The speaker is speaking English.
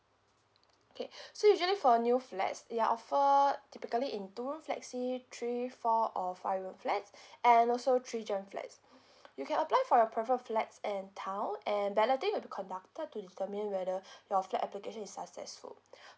okay so usually for new flats you're offered typically in two room flexi three four or five room flats and also three GEN flats you can apply for your preferred flats and town and balloting will be conducted to determine whether your flat application is successful